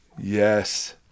Yes